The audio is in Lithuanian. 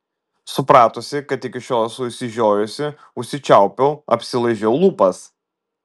supratusi kad iki šiol esu išsižiojusi užsičiaupiau apsilaižiau lūpas